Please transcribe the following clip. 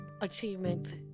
achievement